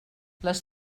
les